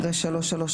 אחרי "335"